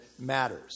matters